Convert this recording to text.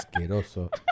Asqueroso